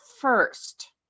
first